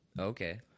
Okay